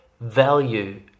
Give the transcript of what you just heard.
value